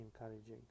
encouraging